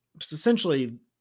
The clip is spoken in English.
essentially